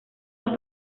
los